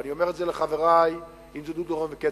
ואני אומר את זה לחברי, אם זה דודו רותם וכצל'ה.